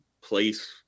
place